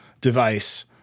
device